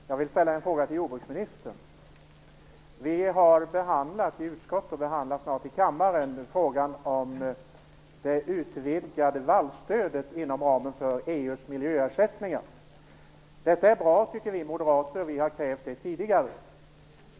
Herr talman! Jag vill ställa en fråga till jordbruksministern. Vi har behandlat frågan om det utvidgade vallstödet inom ramen för EU:s miljöersättningar i utskottet och behandlar den snart i kammaren. Vi moderater tycker att det är bra. Vi har krävt det tidigare.